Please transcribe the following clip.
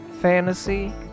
fantasy